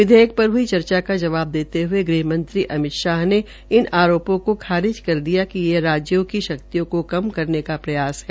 विधेयक पर हई उल्लंघना पर चर्चा का जवाब देते हये गृहमंत्री अमित शाह ने इन आरोपों की खारिज कर दिया कि यह राज्यों की शक्तियों कोकम करने का प्रयास है